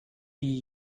die